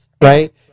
right